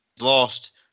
lost